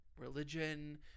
religion